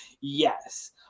Yes